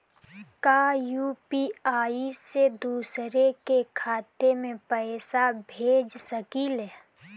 का यू.पी.आई से दूसरे के खाते में पैसा भेज सकी ले?